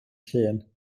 llun